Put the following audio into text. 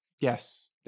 Yes